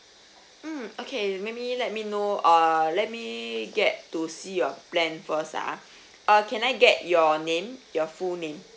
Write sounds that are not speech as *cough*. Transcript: mm okay maybe let me know err let me get to see your plan first ah *breath* uh can I get your name your full name